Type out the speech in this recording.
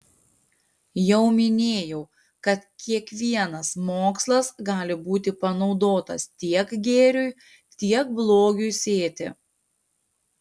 jau minėjau kad kiekvienas mokslas gali būti panaudotas tiek gėriui tiek blogiui sėti